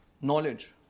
Knowledge